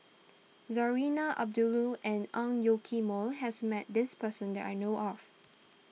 Zarinah Abdullah and Ang Yoke Mooi has met this person that I know of